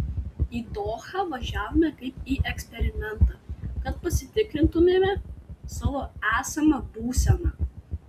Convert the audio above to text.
į dohą važiavome kaip į eksperimentą kad pasitikrintumėme savo esamą būseną